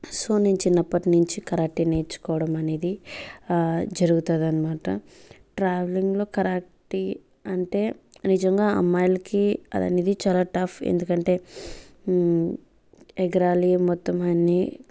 so నేను చిన్నప్పటినుంచి karate నేర్చుకోవడం అనేది జరుగుతుంది అనమాట ట్రావెలింగ్ లో కరాటే అంటే నిజంగా అమ్మాయిలకి అది అనేది చాలా టఫ్ ఎందుకంటే ఎగరాలి మొత్తం అన్ని